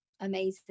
amazing